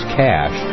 cash